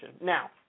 now